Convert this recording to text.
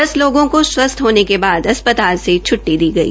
दस लाभों का स्वस्थ हामे के बाद अस्पताल से छूटटी दी गई